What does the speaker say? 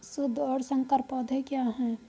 शुद्ध और संकर पौधे क्या हैं?